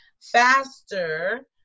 faster